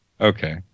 okay